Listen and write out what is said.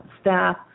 staff